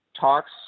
talks